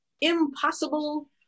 Impossible